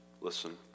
Listen